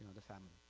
the family.